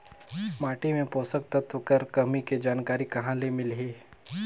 माटी मे पोषक तत्व कर कमी के जानकारी कहां ले मिलही?